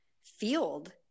field